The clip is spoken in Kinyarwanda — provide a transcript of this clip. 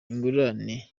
ingurane